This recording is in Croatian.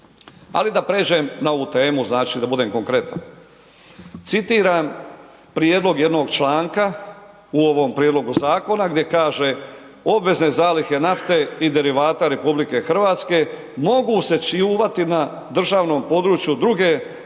Ali da pređem na ovu temu, znači da budem konkretan. Citiram prijedlog jednog članka u ovom prijedlogu zakona gdje kaže, obvezne zalihe nafte i derivata RH mogu se čuvati na državnom području druge